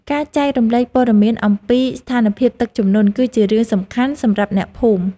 ការចែករំលែកព័ត៌មានអំពីស្ថានភាពទឹកជំនន់គឺជារឿងសំខាន់សម្រាប់អ្នកភូមិ។